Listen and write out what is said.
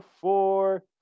four